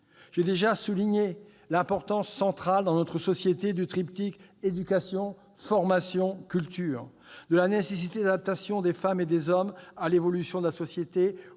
J'ai déjà souligné l'importance centrale dans notre société du triptyque éducation-formation-culture, de la nécessité d'adaptation des femmes et des hommes à l'évolution de la société,